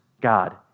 God